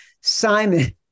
Simon